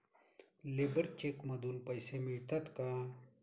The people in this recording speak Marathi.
लेबर चेक मधून पैसे मिळतात का?